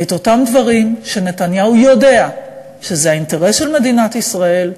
את אותם דברים שנתניהו יודע שזה האינטרס של מדינת ישראל,